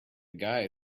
guy